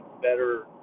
better